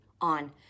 on